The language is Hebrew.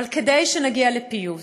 אבל כדי שנגיע לפיוס,